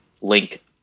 link